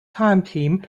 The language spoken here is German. farmteam